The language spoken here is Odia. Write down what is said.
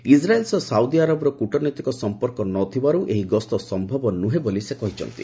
ଇସ୍ରାଏଲ୍ ସହ ସାଉଦି ଆରବର କୃଟନୈତିକ ସମ୍ପର୍କ ନ ଥିବାରୁ ଏହି ଗସ୍ତ ସମ୍ଭବ ନୁହେଁ ବୋଲି ସେ କହିଛନ୍ତି